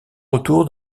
retour